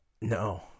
No